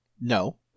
No